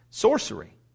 Sorcery